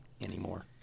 anymore